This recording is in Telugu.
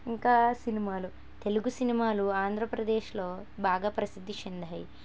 ఇంకా సినిమాలు తెలుగు సినిమాలు ఆంధ్రప్రదేశ్లో బాగా ప్రసిద్ధి చెందాయి